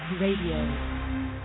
Radio